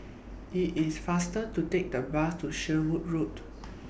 IT IS faster to Take The Bus to Sherwood Road